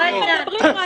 מה אתה משווה?